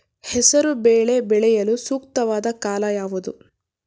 ಹೆಸರು ಬೇಳೆ ಬೆಳೆಯಲು ಸೂಕ್ತವಾದ ಕಾಲ ಯಾವುದು?